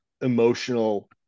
emotional